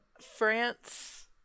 France